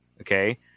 Okay